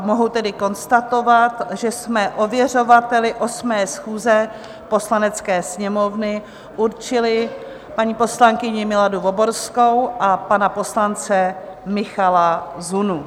Mohu tedy konstatovat, že jsme ověřovateli 8. schůze Poslanecké sněmovny určili paní poslankyni Miladu Voborskou a pana poslance Michala Zunu.